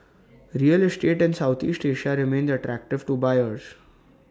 real estate in Southeast Asia remains attractive to buyers